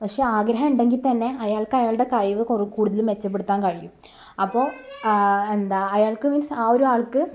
പക്ഷെ ആഗ്രഹം ഉണ്ടെങ്കിൽ തന്നെ അയാൾക്കയാളുടെ കഴിവ് കുറു കൂടുതൽ മെച്ചപ്പെടുത്താൻ കഴിയും അപ്പോൾ എന്താ അയാൾക്ക് മീൻസ് ആ ഒരാൾക്ക്